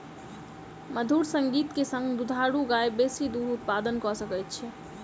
मधुर संगीत के संग दुधारू गाय बेसी दूध उत्पादन कअ सकै छै